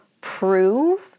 prove